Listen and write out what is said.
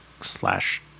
slash